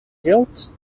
guilt